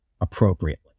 appropriately